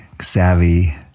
savvy